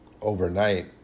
overnight